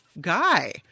guy